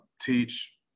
teach